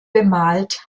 bemalt